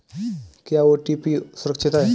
क्या ओ.टी.पी सुरक्षित है?